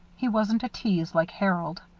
he wasn't a tease, like harold.